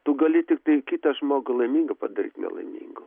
tu gali tiktai kitą žmogų laimingą padaryt nelaimingu